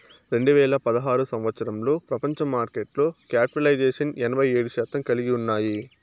రెండు వేల పదహారు సంవచ్చరంలో ప్రపంచ మార్కెట్లో క్యాపిటలైజేషన్ ఎనభై ఏడు శాతం కలిగి ఉన్నాయి